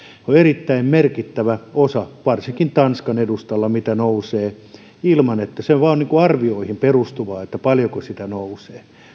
että erittäin merkittävä osa siitä mitä varsinkin tanskan edustalla nousee mutta se on vain arvioihin perustuvaa paljonko sitä nousee